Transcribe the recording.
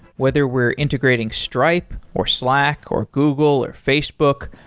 whether we're integrating stripe, or slack, or google, or facebook,